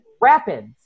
Rapids